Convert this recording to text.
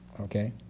Okay